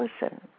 listen